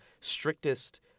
strictest